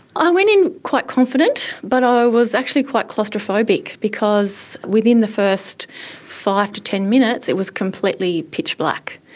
i went in quite confident, but i was actually quite claustrophobic because within the first five to ten minutes it was completely pitch-black.